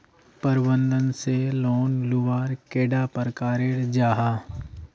प्रबंधन से लोन लुबार कैडा प्रकारेर जाहा?